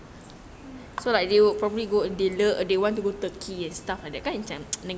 ya